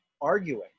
arguing